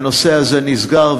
הנושא הזה נסגר,